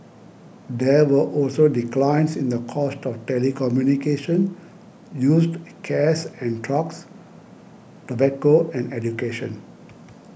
there were also declines in the cost of telecommunication used cares and trucks tobacco and education